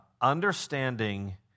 understanding